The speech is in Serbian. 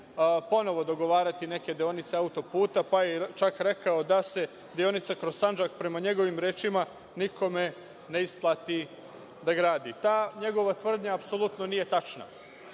ponovo dogovarati neke deonice auto-puta, pa je čak rekao da se deonica kroz Sandžak, prema njegovim rečima, nikome ne isplati da gradi. Ta njegova tvrdnja apsolutno nije tačna.